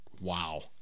wow